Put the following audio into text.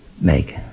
make